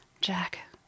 Jack